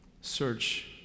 search